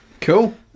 Cool